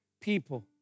people